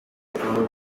abo